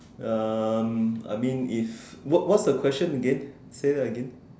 um I mean is what's what's the question again say that again